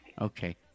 Okay